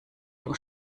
dem